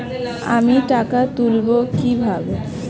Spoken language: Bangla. আমি টাকা তুলবো কি ভাবে?